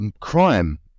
crime